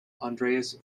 andreas